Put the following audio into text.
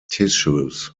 tissues